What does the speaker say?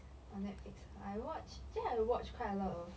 on netflix I watch I think I watch quite a lot of